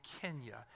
Kenya